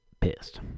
pissed